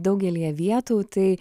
daugelyje vietų tai